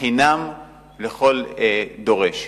חינם לכל דורש.